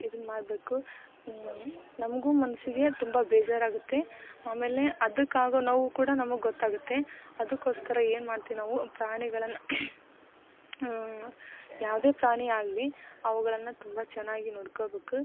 ಇದನ್ನು ಮಾಡಬೇಕು ನಮ್ಗು ಮನಸ್ಸಿಗೆ ತುಂಬ ಬೇಜಾರಾಗುತ್ತೆ ಆಮೇಲೆ ಅದಕ್ಕಾಗೊ ನೋವು ಕೂಡ ನಮಗೆ ಗೊತ್ತಾಗುತ್ತೆ ಅದಕ್ಕೋಸ್ಕರ ಏನು ಮಾಡ್ತಿವಿ ನಾವು ಪ್ರಾಣಿಗಳನ್ನು ಯಾವುದೇ ಪ್ರಾಣಿ ಆಗಲಿ ಅವ್ಗಳನ್ನು ತುಂಬ ಚೆನ್ನಾಗಿ ನೋಡ್ಕೊಬೇಕು